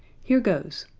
here goes!